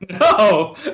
No